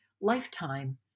lifetime